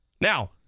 Now